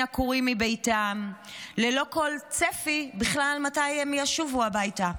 עקורים מביתם ללא כל צפי בכלל מתי ישובו הביתה.